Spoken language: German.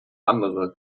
andere